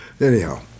Anyhow